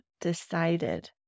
decided